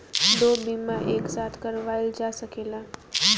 दो बीमा एक साथ करवाईल जा सकेला?